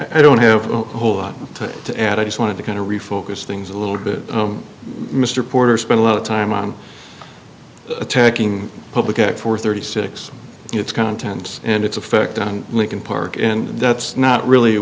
i don't have a whole lot of time to add i just wanted to kind of refocus things a little bit mr porter spent a lot of time on attacking public at four thirty six and its contents and its effect on lincoln park and that's not really